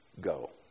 go